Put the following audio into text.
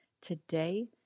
Today